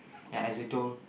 ya as it told